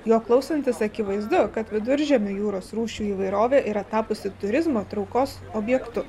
jo klausantis akivaizdu kad viduržemio jūros rūšių įvairovė yra tapusi turizmo traukos objektu